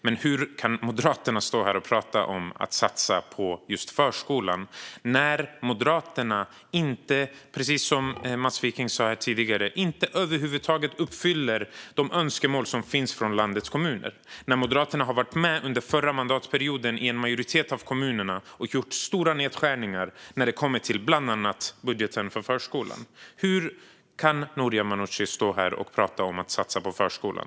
Men hur kan Moderaterna stå här och prata om att satsa på just förskolan när man, precis som Mats Wiking sa här tidigare, över huvud taget inte uppfyller de önskemål som finns från landets kommuner? I en majoritet av kommunerna var Moderaterna under den förra mandatperioden med och gjorde stora nedskärningar i bland annat budgeten för förskolan. Hur kan Noria Manouchi då stå här och prata om att satsa på förskolan?